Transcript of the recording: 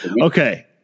Okay